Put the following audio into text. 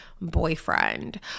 boyfriend